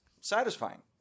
satisfying